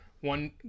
one